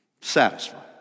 satisfied